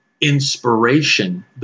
inspiration –